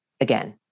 again